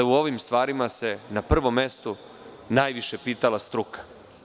U ovim stvarima se na prvom mestu najviše pitala struka.